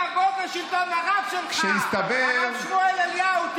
כבוד ושלטון, הרב שלך, הרב שמואל אליהו.